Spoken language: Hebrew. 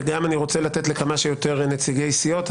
ואני גם רוצה לתת לכמה שיותר נציגי סיעות,